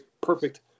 perfect